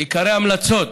עיקרי ההמלצות